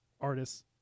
artists